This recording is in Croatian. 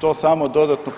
To samo dodatno